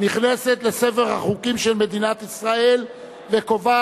נכנס לספר החוקים של מדינת ישראל וקובע